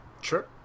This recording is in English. Sure